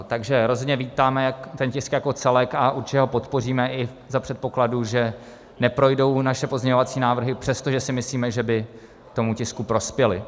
Takže rozhodně vítáme ten tisk jako celek a určitě ho podpoříme i za předpokladu, že neprojdou naše pozměňovací návrhy, přestože si myslíme, že by tomu tisku prospěly.